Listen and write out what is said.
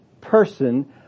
person